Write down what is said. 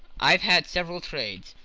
i've had several trades.